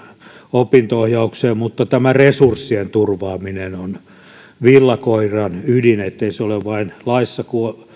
opinto ohjaukseen mutta tämä resurssien turvaaminen on villakoiran ydin niin ettei se ole vain laissa